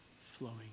flowing